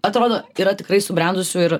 atrodo yra tikrai subrendusių ir